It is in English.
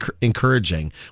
encouraging